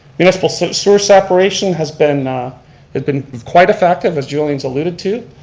municipal sewer sewer separation has been has been quite effective, as julien's alluded to.